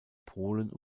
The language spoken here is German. polen